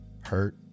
hurt